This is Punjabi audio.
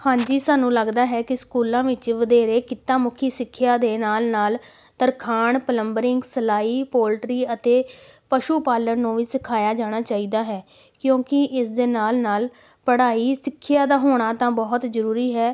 ਹਾਂਜੀ ਸਾਨੂੰ ਲੱਗਦਾ ਹੈ ਕਿ ਸਕੂਲਾਂ ਵਿੱਚ ਵਧੇਰੇ ਕਿੱਤਾ ਮੁਖੀ ਸਿੱਖਿਆ ਦੇ ਨਾਲ ਨਾਲ ਤਰਖਾਣ ਪਲੰਬਰਿੰਗ ਸਿਲਾਈ ਪੋਲਟਰੀ ਅਤੇ ਪਸ਼ੂ ਪਾਲਣ ਨੂੰ ਵੀ ਸਿਖਾਇਆ ਜਾਣਾ ਚਾਹੀਦਾ ਹੈ ਕਿਉਂਕਿ ਇਸ ਦੇ ਨਾਲ ਨਾਲ ਪੜ੍ਹਾਈ ਸਿੱਖਿਆ ਦਾ ਹੋਣਾ ਤਾਂ ਬਹੁਤ ਜ਼ਰੂਰੀ ਹੈ